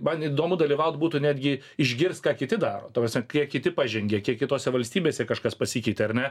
man įdomu dalyvaut būtų netgi išgirst ką kiti daro ta prasme kiek kiti pažengė kiek kitose valstybėse kažkas pasikeitė ar ne